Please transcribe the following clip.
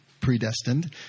predestined